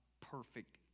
perfect